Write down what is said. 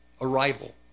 arrival